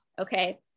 okay